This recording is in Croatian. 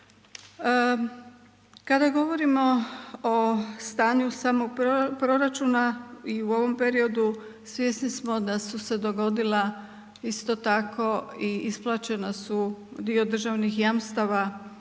Kada govorimo o stanju samog proračuna i u ovom periodu svjesni smo da su se dogodila i isto tako i isplaćena su dio državnih jamstava